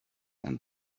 and